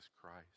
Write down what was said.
Christ